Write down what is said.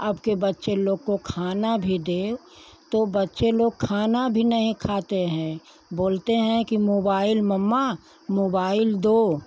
अब के बच्चे लोग को खाना भी दो तो बच्चे लोग खाना भी नहीं खाते हैं बोलते हैं कि मोबाइल मम्मा मोबाइल दो